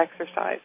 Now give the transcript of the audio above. exercise